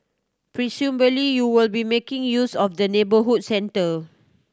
presumably you will be making use of the neighbourhood centre